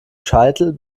scheitel